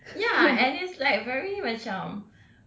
ya and it's like very macam